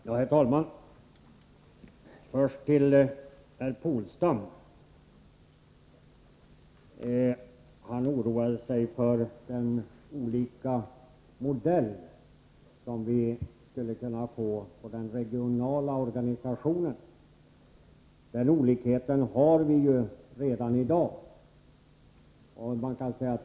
Herr talman! Först några ord till herr Polstam. Han oroade sig för de olika modeller som vi skulle kunna få på den regionala organisationen. Den olikheten har vi redan i dag.